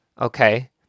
okay